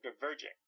diverging